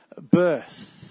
birth